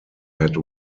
had